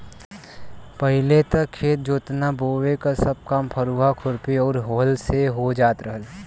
पहिले त खेत जोतना बोये क सब काम फरुहा, खुरपी आउर हल से हो जात रहल